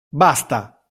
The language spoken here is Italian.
basta